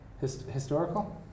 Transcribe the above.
Historical